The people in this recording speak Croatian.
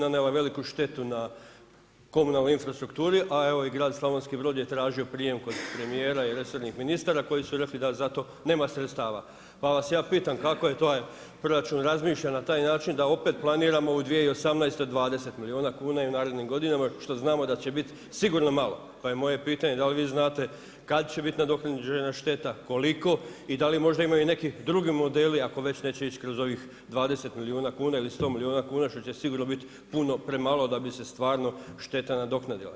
Nanijela je veliku štetu na komunalnoj infrastrukturi a i grad Slavonski Brod je tražio prijem kod premijera i resornih ministara koji su rekli da za to nema sredstava, pa vas ja pitam kako je taj proračun razmišljan na taj način da opet planiramo u 2018. 20 milijuna kuna i u narednim godinama što znamo da će biti sigurno malo, pa je moje pitanje da li vi znate kad će biti nadoknađena šteta koliko i da li možda ima i neki drugi modeli ako već neće ić kroz ovih 20 milijuna ili 100 milijuna kuna što će sigurno biti puno premalo da bi se stvarno šteta nadoknadila.